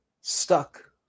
stuck